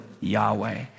Yahweh